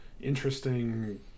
interesting